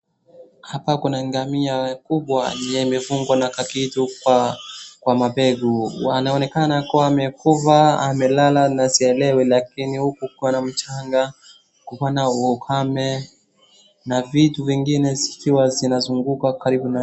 Hapa kuna ngamia kubwa ndiye amefungwa na kakitu kwa mabegu. wanaonekana kuwa amekufa amelala na sielewi lakini huku kuko na mchanga, kuko na ukame na vitu vingine zikiwa zimezunguka karibu na